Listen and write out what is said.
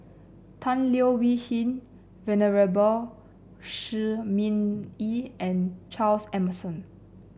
Tan Leo Wee Hin Venerable Shi Ming Yi and Charles Emmerson